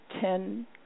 ten